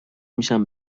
میشم